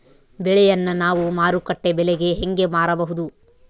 ಬೆಳೆಯನ್ನ ನಾವು ಮಾರುಕಟ್ಟೆ ಬೆಲೆಗೆ ಹೆಂಗೆ ಮಾರಬಹುದು?